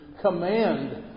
command